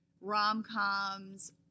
rom-coms